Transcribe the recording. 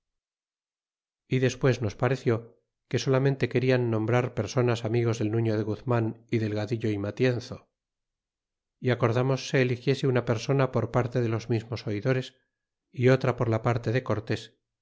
y despues nos pareció que solamente querian nombrar personas amigos del nufto de guzman y delgadillo y matienzo y acordamos se eligiese una persona por parte de los mismos oidores y otra por la parte de cortés